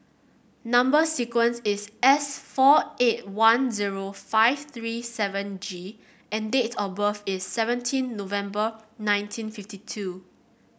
number sequence is S four eight one zero five three seven G and date of birth is seventeen November nineteen fifty two